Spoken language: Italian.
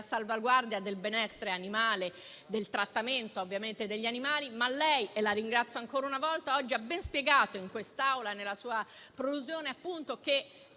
salvaguardia del benessere animale e del trattamento degli animali. Ma lei - e la ringrazio ancora una volta - oggi ha ben spiegato in quest'Aula, nella sua prolusione, che